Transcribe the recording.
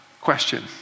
Question